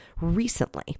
recently